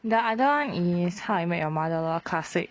the other [one] is how I met your mother lor classic